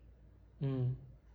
mm